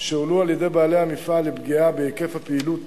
שהועלו על-ידי בעלי המפעל לפגיעה בהיקף הפעילות